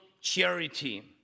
charity